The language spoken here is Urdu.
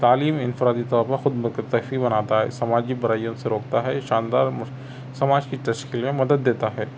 تعلیم انفرادی طور پر خودمکتفی بناتا ہے سماجی برائیوں سے روکتا ہے شاندار سماج کی تشکیل میں مدد دیتا ہے